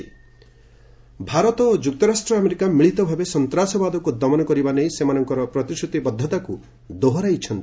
US India Bharat ଓ ଯୁକ୍ତରାଷ୍ଟ୍ର America ମିଳିତ ଭାବେ ସନ୍ତାସବାଦକୁ ଦମନ କରିବା ନେଇ ସେମାନଙ୍କର ପ୍ରତିଶ୍ରତିବଦ୍ଧତାକୁ ଦୋହରାଇଛନ୍ତି